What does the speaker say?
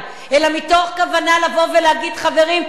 אלא מתוך כוונה לבוא ולהגיד: חברים,